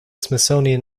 smithsonian